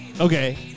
Okay